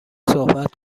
بحث